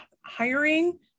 hiring